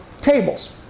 tables